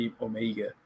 Omega